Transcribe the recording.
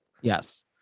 yes